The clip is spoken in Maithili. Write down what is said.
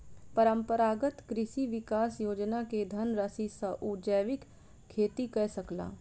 परंपरागत कृषि विकास योजना के धनराशि सॅ ओ जैविक खेती कय सकला